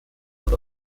und